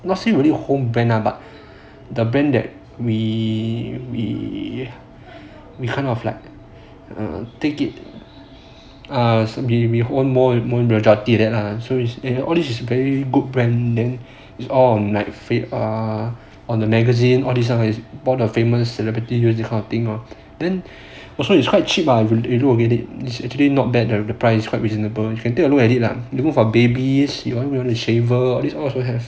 not say only home brand lah but the brand that we we we kind of like err take it err we earn more earn majority of the royalty that are so there are those very good branding is all like fate or on the magazine all this time he bought the famous celebrity news that kind of thing lah then also is quite cheap ah I haven't you know we'll get it is actually not bad the price quite reasonable you can take a look at it lah got things for babies got shaver this also have